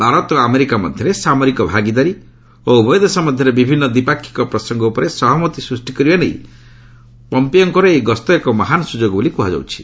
ଭାରତ ଓ ଆମେରିକା ମଧ୍ୟରେ ସାମରୀକ ଭାଗିଦାରୀ ଓ ଉଭୟ ଦେଶ ମଧ୍ୟରେ ବିଭିନ୍ନ ଦ୍ୱିପକ୍ଷିକ ପ୍ରସଙ୍ଗ ଉପରେ ସହମତି ସୃଷ୍ଟି କରିବା ନେଇ ପମ୍ପିଓଙ୍କର ଏହି ଗସ୍ତ ଏକ ମହାନ ସ୍ତଯୋଗ ବୋଲି କୁହାଯାଉଛି